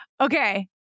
Okay